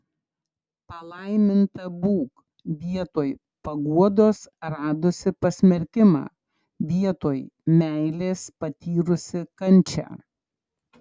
palaiminta būk vietoj paguodos radusi pasmerkimą vietoj meilės patyrusi kančią